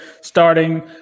starting